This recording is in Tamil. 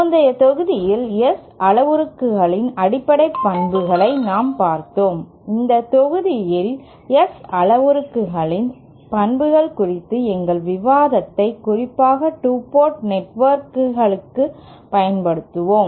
முந்தைய தொகுதியில் S அளவுருக்களின் அடிப்படை பண்புகளை நாம் பார்த்தோம் இந்த தொகுதியில் S அளவுருக்களின் பண்புகள் குறித்த எங்கள் விவாதத்தை குறிப்பாக 2 போர்ட் நெட்வொர்க்குகளுக்குப் பயன்படுத்துவோம்